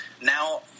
Now